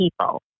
people